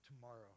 tomorrow